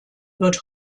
wird